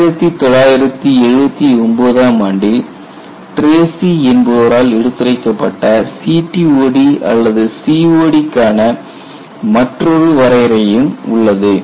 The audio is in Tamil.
1979 ஆம் ஆண்டில் ட்ரேசி என்பவரால் எடுத்துரைக்கப்பட்ட CTOD அல்லது COD க்கான மற்றொரு வரையறையும் உள்ளது